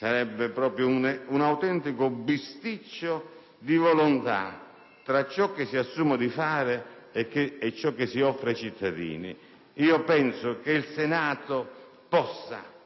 un autentico bisticcio di volontà fra ciò che si assume di fare e ciò che si offre ai cittadini. Ritengo che il Senato possa,